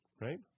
Right